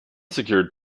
secured